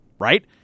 right